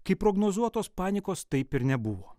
kai prognozuotos panikos taip ir nebuvo